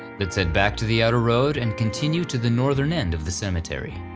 let's head back to the outer road and continue to the northern end of the cemetery.